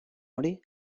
hori